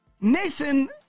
Nathan